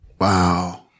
Wow